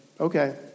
okay